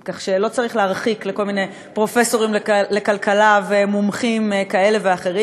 כך שלא צריך להרחיק לכל מיני פרופסורים לכלכלה ומומחים כאלה ואחרים.